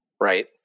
right